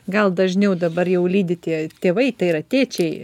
gal dažniau dabar jau lydi tie tėvai tai yra tėčiai